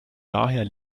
daher